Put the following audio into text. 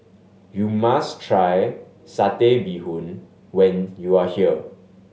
you must try Satay Bee Hoon when you are here